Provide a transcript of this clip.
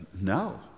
no